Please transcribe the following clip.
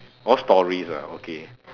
more stories ah okay